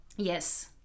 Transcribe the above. Yes